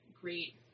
great